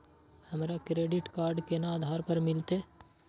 हमरा credit card केना आधार पर मिलते?